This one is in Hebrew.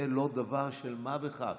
זה לא דבר של מה בכך.